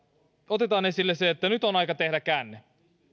otetaan esille se että nyt on aika tehdä käänne